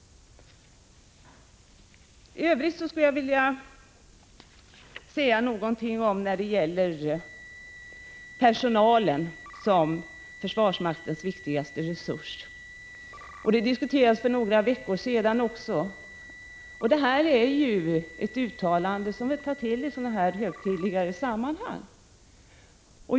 I övrigt skulle jag vilja säga något om personalen som försvarsmaktens viktigaste resurs. Frågan diskuterades för några veckor sedan. Det gäller ett uttalande som man tar till vid sådana här högtidligare sammanhang.